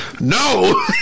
No